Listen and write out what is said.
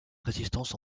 résistance